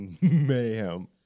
mayhem